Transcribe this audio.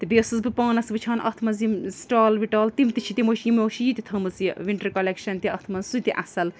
تہٕ بیٚیہِ ٲسٕس بہٕ پانَس وٕچھان اَتھ منٛز یِم سِٹال وِٹال تِم تہِ چھِ تِمو چھِ یِمو چھِ یہِ تھٲمٕژ یہِ وِنٹَر کَلٮ۪کشَن تہِ اَتھ منٛز سُہ تہِ اَصٕل